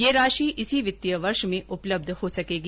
यह राशि इसी वित्तीय वर्ष में उपलब्ध हो सकेगी